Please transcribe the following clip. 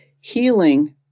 healing